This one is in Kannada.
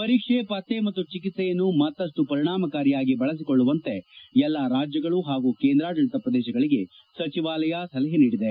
ಪರೀಕ್ಷೆ ಪತ್ತೆ ಮತ್ತು ಚಿಕಿತ್ವೆಯನ್ನು ಮತ್ತಷ್ಟು ಪರಿಣಾಮಕಾರಿಯಾಗಿ ಬಳಸಿಕೊಳ್ಳುವಂತೆ ಎಲ್ಲಾ ರಾಜ್ಯಗಳು ಹಾಗೂ ಕೇಂದ್ರಾಡಳಿತ ಪ್ರದೇಶಗಳಿಗೆ ಸಚಿವಾಲಯ ಸಲಹೆ ನೀಡಿದೆ